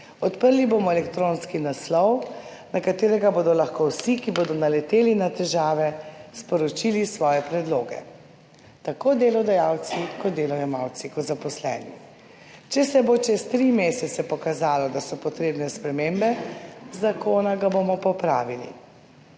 odprli bomo elektronski naslov, na katerega bodo lahko vsi, ki bodo naleteli na težave, sporočili svoje predloge, tako delodajalci kot delojemalci kot zaposleni. Če se bo čez 3 mesece pokazalo, da so potrebne spremembe zakona, ga bomo popravili.